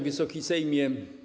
Wysoki Sejmie!